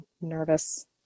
nervous